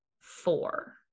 four